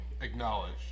acknowledge